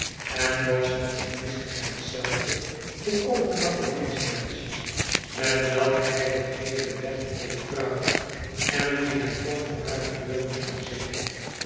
en was de gedienstigheid zelve voor alle knappe dienstmeisjes met welke hij den geheelen weg over praatte en die hij vlak voor hare deur